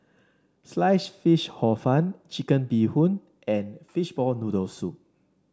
Sliced Fish Hor Fun Chicken Bee Hoon and Fishball Noodle Soup